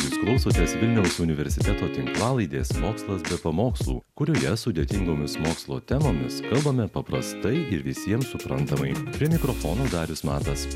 jūs klausotės vilniaus universiteto tinklalaidės mokslas be pamokslų kurioje sudėtingomis mokslo temomis kalbame paprastai ir visiems suprantamai prie mikrofono darius matas